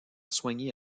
soigner